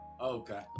okay